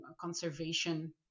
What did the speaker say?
conservation